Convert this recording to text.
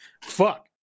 fuck